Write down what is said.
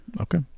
okay